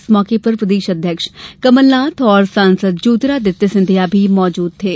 इस मौके पर प्रदेश अध्यक्ष कमलनाथ और सांसद ज्योतिरादित्य सिंधिया भी मौजूद थे